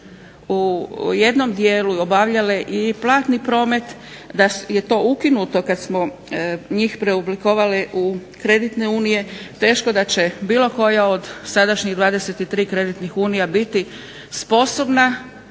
u jednom dijelu obavljale i platni promet, da je to ukinuto kad smo njih preoblikovali u kreditne unije teško da će bilo koja od sadašnjih 23 kreditnih unija biti sposobna